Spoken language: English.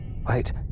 Wait